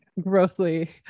grossly